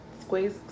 squeeze